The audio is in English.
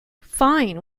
fine